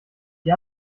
die